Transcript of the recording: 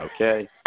okay